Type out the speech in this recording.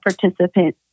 participant